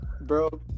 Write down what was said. bro